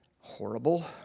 horrible